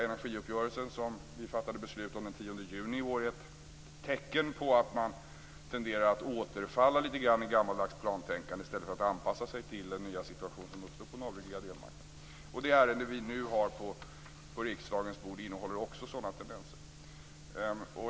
Energiuppgörelsen, som vi fattade beslut om den 10 juni i år, är ett tecken på att man tenderar att återfalla i gammaldags plantänkande i stället för att anpassa sig till den nya situation som uppstår på en avreglerad elmarknad. Det ärende vi nu har på riksdagens bord innehåller också sådana tendenser.